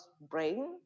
brain